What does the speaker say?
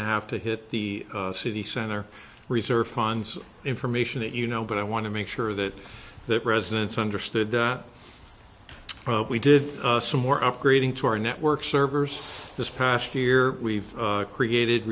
to have to hit the city center research funds information that you know but i want to make sure that that residents understood that we did some more upgrading to our network servers this past year we've created